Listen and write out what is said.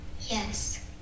yes